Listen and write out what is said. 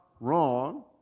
wrong